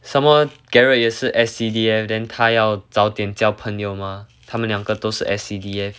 someone gerard 也是 S_C_D_F then 他要早点交朋友 mah 他们两个都是 S_C_D_F